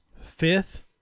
fifth